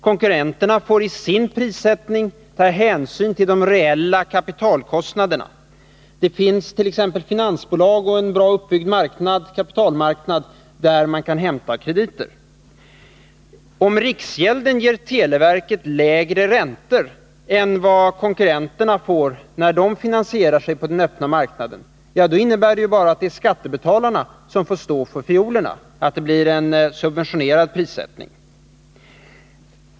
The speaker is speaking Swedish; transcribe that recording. Konkurrenterna får i sin prissättning ta hänsyn till de reella kapitalkostnaderna. Det finns t.ex. finansbolag och en bra uppbyggd kapitalmarknad, där man kan hämta krediter. Om riksgäldskontoret ger televerket lägre räntor än vad konkurrenterna får när de finansierar sig på den öppna marknaden, innebär detta bara att skattebetalarna får stå för fiolerna, att det blir subventionerad prissättning.